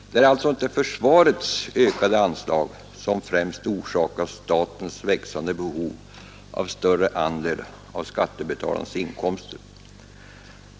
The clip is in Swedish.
Det är alltså inte försvarets ökande anslag som främst orsakat statens snabbt stigande behov av högre andel av skattebetalarnas inkomster.